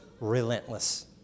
relentless